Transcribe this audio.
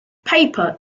paper